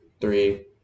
Three